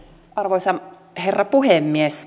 arvoisa herra puhemies